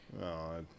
No